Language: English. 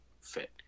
fit